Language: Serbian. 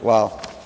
Hvala.